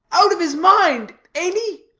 out of his mind, ain't he?